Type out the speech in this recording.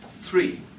three